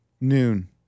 Noon